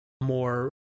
more